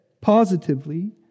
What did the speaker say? positively